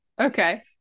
Okay